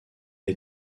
est